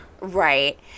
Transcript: Right